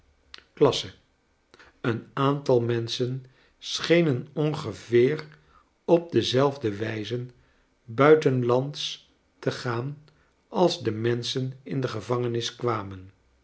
klasse een aantal menschen schenen ongeveer op dezelfde wijze buitenlands te gaan als de menschen in de gevangenis kwarnen